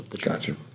Gotcha